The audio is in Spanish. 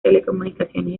telecomunicaciones